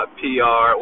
pr